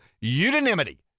unanimity